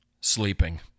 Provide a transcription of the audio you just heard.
Sleeping